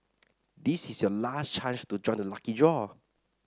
this is your last chance to join the lucky draw